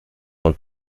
von